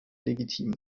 legitim